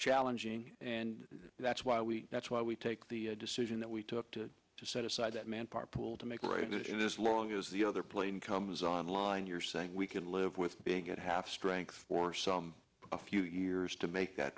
challenging and that's why we that's why we take the decision that we took to to set aside that manpower pool to make right in this long as the other plane comes online you're saying we could live with being at half strength for some a few years to make that